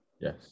Yes